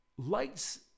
lights